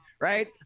right